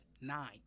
Nine